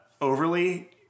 overly